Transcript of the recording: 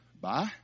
Bye